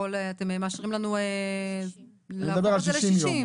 אתם מאשרים לנו להפוך את זה ל-60?